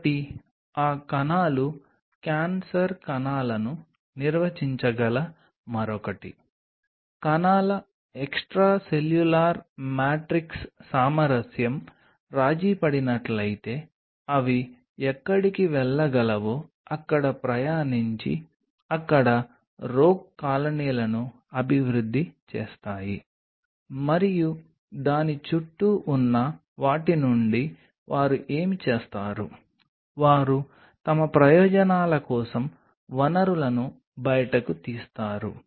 కాబట్టి ఆ కణాలు క్యాన్సర్ కణాలను నిర్వచించగల మరొకటి కణాల ఎక్స్ట్రాసెల్యులార్ మ్యాట్రిక్స్ సామరస్యం రాజీపడినట్లయితే అవి ఎక్కడికి వెళ్లగలవో అక్కడ ప్రయాణించి అక్కడ రోగ్ కాలనీలను అభివృద్ధి చేస్తాయి మరియు దాని చుట్టూ ఉన్న వాటి నుండి వారు ఏమి చేస్తారు వారు తమ ప్రయోజనాల కోసం వనరులను బయటకు తీస్తారు